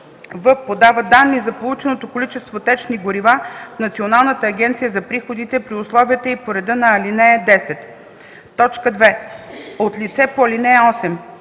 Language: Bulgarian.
в) подава данни за полученото количество течни горива в Националната агенция за приходите при условията и по реда на ал. 10; 2. от лице по ал. 8